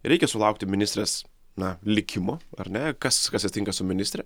reikia sulaukti ministrės na likimo ar ne kas kas atsitinka su ministre